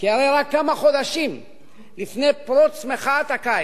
כי הרי רק כמה חודשים לפני פרוץ מחאת הקיץ,